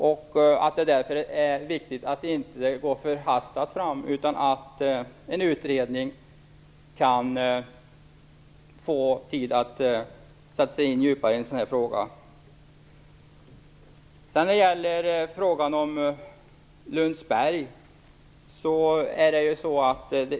Det är därför viktigt att vi inte går förhastat fram utan att en utredning kan få tid på sig att djupare sätta sig in i frågan.